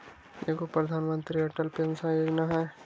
एगो प्रधानमंत्री अटल पेंसन योजना है?